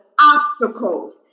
obstacles